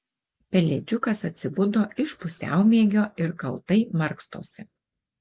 pelėdžiukas atsibudo iš pusiaumiegio ir kaltai markstosi